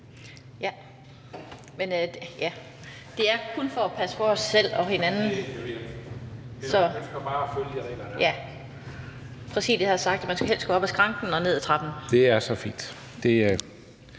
Fuglede. Det er kun for at passe på os selv og hinanden, at Præsidiet har sagt, at man helst skal gå op ad skranken og ned ad trappen. Kl. 15:45 (Ordfører)